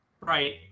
Right